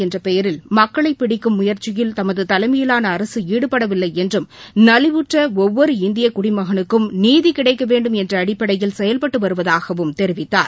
என்றபெயரில் மக்களைபிடிக்கும் முயற்சியில் சாதி முதம் தமதுதலைமையிலானஅரசுஈடுபடவில்லைஎன்றும் நலிவுற்றஒவ்வொரு இந்தியகுடிமகனுக்கும் நீதிகிடைக்கவேண்டும் என்றஅடிப்படையில் செயல்பட்டுவருவதாகவும் தெரிவித்தார்